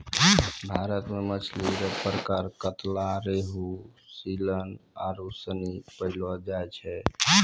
भारत मे मछली रो प्रकार कतला, रेहू, सीलन आरु सनी पैयलो जाय छै